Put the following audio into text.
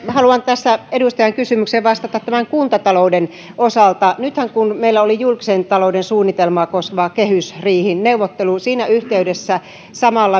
haluan tässä edustajan kysymykseen vastata kuntatalouden osalta nythän kun meillä oli julkisen talouden suunnitelmaa koskeva kehysriihineuvottelu siinä yhteydessä